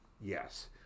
Yes